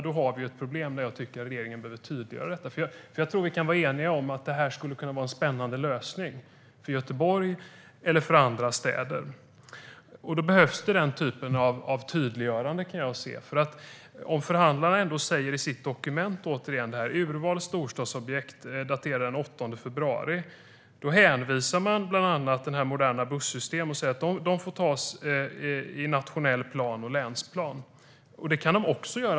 Då finns det ett problem där jag tycker att regeringen bör tydliggöra detta. Vi kan nog vara eniga om att det här skulle kunna vara en spännande lösning för Göteborg eller för andra städer. Då behövs det ett tydliggörande. Förhandlarna hänvisar i sitt dokument daterat den 8 februari till bland annat moderna bussystem och säger att de får hanteras i nationell plan och länsplan.